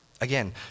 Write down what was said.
Again